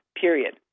period